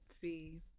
see